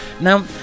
now